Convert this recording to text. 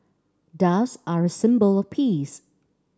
doves are a symbol of peace